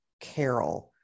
Carol